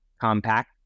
compact